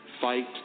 fight